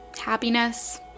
happiness